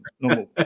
normal